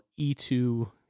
e2